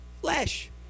flesh